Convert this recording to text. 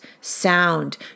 sound